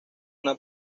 una